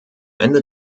ende